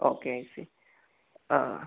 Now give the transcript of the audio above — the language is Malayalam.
okay I see ah